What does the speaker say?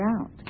out